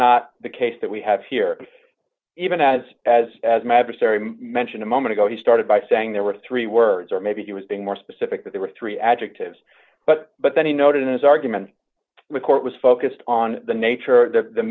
not the case that we have here even as as as my adversary mentioned a moment ago he started by saying there were three words or maybe he was being more specific that there were three adjectives but but then he noted in his argument the court was focused on the nature of the